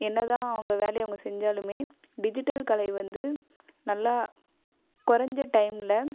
என்னதான் அவங்க வேலையை அவங்க செஞ்சாலுமே டிஜிட்டல் கலை வந்து நல்லா குறஞ்ச டைமில்